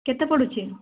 କେତେ ପଡ଼ୁଛି